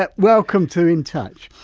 but welcome to in touch.